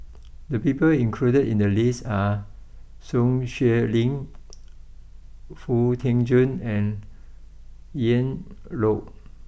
the people included in the list are Sun Xueling Foo Tee Jun and Ian Loy